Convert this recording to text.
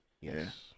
Yes